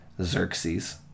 Xerxes